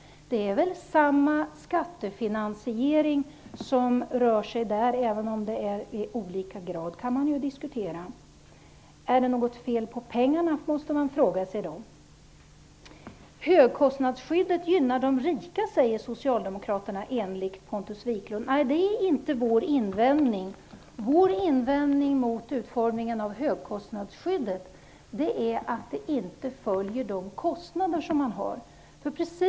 Det rör sig väl om samma skattefinansiering, även om man kan diskutera om den är av olika grad? Man måste därför fråga sig om det är något fel på pengarna. Enligt Pontus Wiklund säger socialdemokraterna att högkostnadsskyddet gynnar de rika. Men det är inte så. Vår invändning mot utformingen av högkostnadsskyddet är att det inte följer de faktiska kostnader som man har.